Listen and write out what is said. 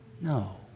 no